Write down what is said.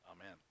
Amen